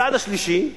הצעד השלישי,